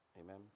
amen